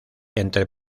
entre